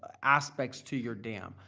aspects to your dam.